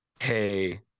hey